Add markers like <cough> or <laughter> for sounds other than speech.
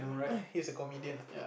<noise> he is a comedian ah